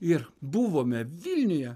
ir buvome vilniuje